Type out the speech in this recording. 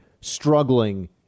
struggling